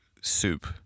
soup